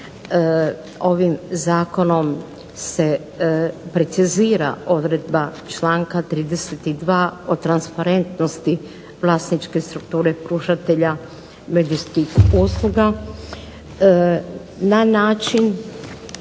Ovim zakonom se precizira odredba članka 32. o transparentnosti vlasničke strukture pružatelja medijskih usluga na način